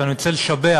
הביקורת, אני רוצה לשבח